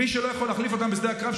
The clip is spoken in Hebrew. מי שלא יכול להחליף אותם בשדה הקרב,